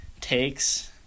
takes